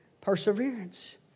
perseverance